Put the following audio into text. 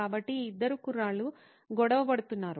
కాబట్టి ఈ ఇద్దరు కుర్రాళ్ళు గొడవ పడుతున్నారు